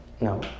No